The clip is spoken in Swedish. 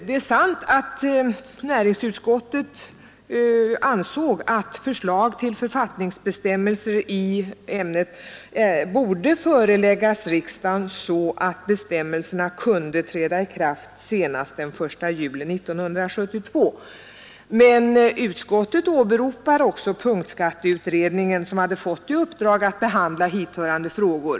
Det är sant att näringsutskottet ansåg att förslag till författningsbestämmelser i ämnet borde föreläggas riksdagen, så att bestämmelserna kunde träda i kraft senast den 1 juli 1972. Men utskottet åberopar också punktskatteutredningen, som hade fått i uppdrag att behandla hithörande frågor.